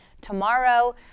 tomorrow